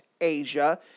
Asia